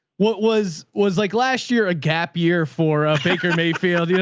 what was was like last year, a gap year for a baker mayfield, yeah